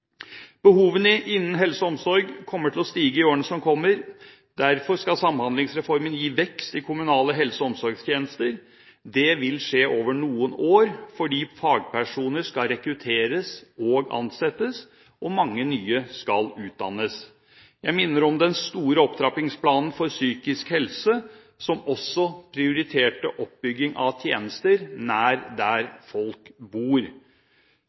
Behovene innen helse og omsorg kommer til å stige i årene som kommer. Derfor skal Samhandlingsreformen gi vekst i kommunale helse- og omsorgstjenester. Det vil skje over noen år, fordi fagpersoner skal rekrutteres og ansettes og mange nye skal utdannes. Jeg minner om den store opptrappingsplanen for psykisk helse, som også prioriterte oppbygging av tjenester nær der folk bor.